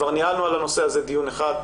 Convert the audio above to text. כבר ניהלנו על הנושא הזה דיון אחד,